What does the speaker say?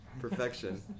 Perfection